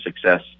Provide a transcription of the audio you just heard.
success